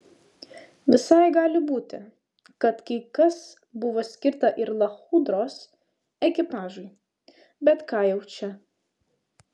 visai gali būti kad kai kas buvo skirta ir lachudros ekipažui bet ką jau čia